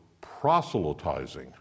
proselytizing